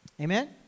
Amen